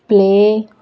play